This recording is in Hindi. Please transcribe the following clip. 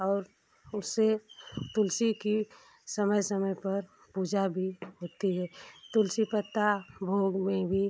और उससे तुलसी की समय समय पर पूजा भी होती है तुलसी पत्ता भोग में भी